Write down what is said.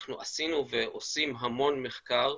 אנחנו עשינו ועושים המון מחקר,